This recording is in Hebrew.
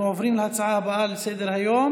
אנחנו עוברים להצעה הבאה לסדר-היום,